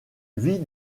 vit